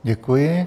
Děkuji.